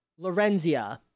Lorenzia